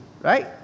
Right